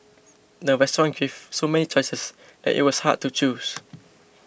the restaurant gave so many choices that it was hard to choose